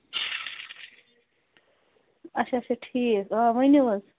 اچھا اچھا ٹھیٖک آ ؤنِو حظ